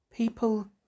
People